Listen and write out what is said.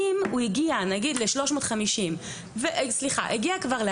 את מיליוני היהודים שיגיעו.